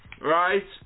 right